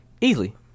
Easily